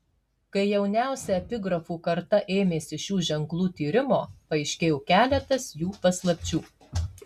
kai jauniausia epigrafų karta ėmėsi šių ženklų tyrimo paaiškėjo keletas jų paslapčių